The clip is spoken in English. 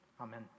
Amen